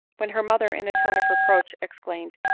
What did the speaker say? when her mother in a tone of reproach exclaimed,